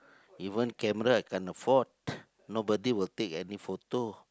even camera I can't afford nobody will take any photo